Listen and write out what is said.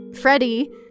Freddie